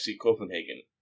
Copenhagen